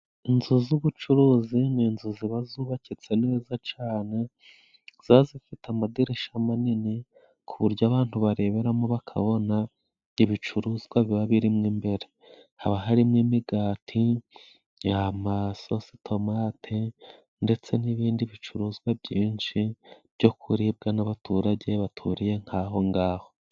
Inzu z'ubucuruzi ni inzu ziba zubakitse neza cane, ziba zifite amadirisha manini, ku buryo abantu bareberamo bakabona ibicuruzwa biba birimo imbere. Haba harimo imigati, amasositomate ndetse n'ibindi bicuruzwa byinshi byo kuribwa n'abaturage baturiye nk'aho ngaho.